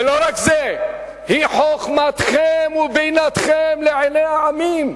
ולא רק זה: "היא חכמתכם ובינתכם לעיני העמים".